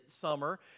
summer